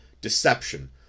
deception